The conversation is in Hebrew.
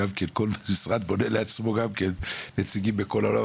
כל משרד בונה לעצמו נציגים מכל העולם,